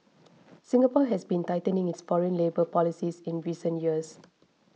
Singapore has been tightening its foreign labour policies in recent years